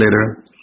later